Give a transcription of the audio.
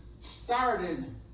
started